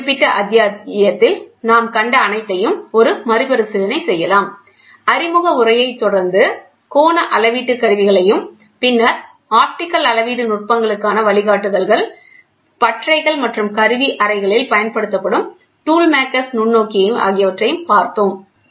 இந்த குறிப்பிட்ட அத்தியாயத்தில் நாம் கண்ட அனைத்தையும் மறுபரிசீலனை செய்யலாம் அறிமுக உரையை தொடர்ந்து கோண அளவீட்டு கருவிகளையும் பின்னர் ஆப்டிகல் அளவீட்டு நுட்பங்களுக்கான வழிகாட்டுதல்கள் பட்டறைகள் மற்றும் கருவி அறைகளில் பயன்படுத்தப்படும் டூல் மேக்கர்ஸ் நுண்ணோக்கி ஆகியவற்றைப் பார்த்தோம்